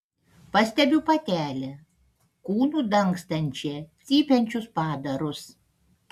pastebiu patelę kūnu dangstančią cypiančius padarus